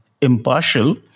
impartial